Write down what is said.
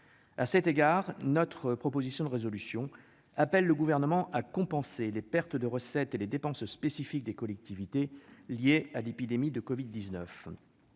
À cet égard, notre proposition de résolution appelle le Gouvernement à compenser les pertes de recettes et les dépenses spécifiques des collectivités liées à l'épidémie de Covid-19.